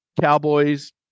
Cowboys